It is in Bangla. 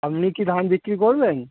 আপনি কি ধান বিক্রি করবেন